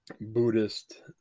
buddhist